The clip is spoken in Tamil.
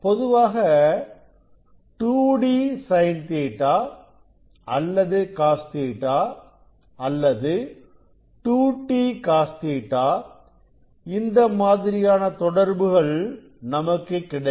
பொதுவாக 2d sin Ɵ அல்லது cos Ɵஅல்லது 2t cos Ɵ இந்த மாதிரியான தொடர்புகள் நமக்கு கிடைக்கும்